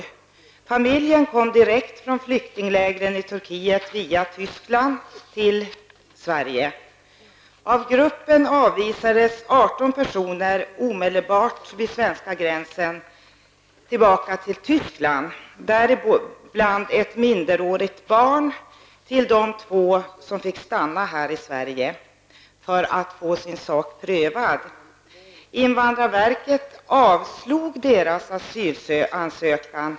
Familjen kom direkt från flyktingläger i Turkiet via personer omedelbart vid svenska gränsen tillbaka till Tyskland, däribland ett minderårigt barn till de två som fick stanna här i Sverige för att få sin sak prövad. Invandrarverket avslog deras asylansökan.